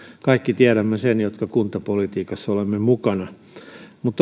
kaikki jotka kuntapolitiikassa olemme mukana tiedämme sen mutta